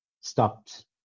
stopped